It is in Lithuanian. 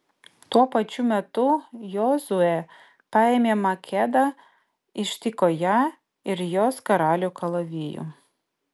tuo pačiu metu jozuė paėmė makedą ištiko ją ir jos karalių kalaviju